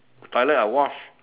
toilet I wash